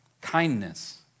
kindness